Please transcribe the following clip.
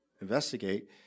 investigate